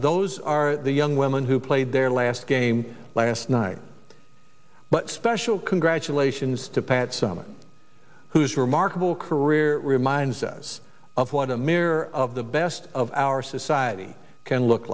those are the young women who played their last game last night but special congratulations to pat summitt whose remarkable career reminds us of what a mirror of the best of our society can look